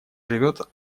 живет